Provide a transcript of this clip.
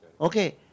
Okay